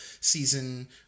season